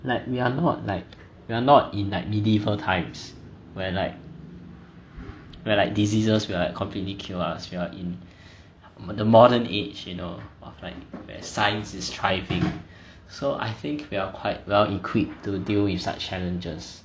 like we are not like we are not in like medieval times where like where like diseases will completely kill us we are in the modern age you know of like where science is thriving so I think we are quite well equipped to deal with such challenges